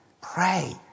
Pray